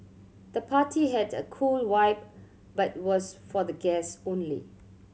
the party had a cool vibe but was for the guess only